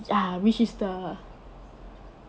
ya which is the